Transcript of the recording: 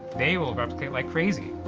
they will replicate like crazy.